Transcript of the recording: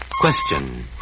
Question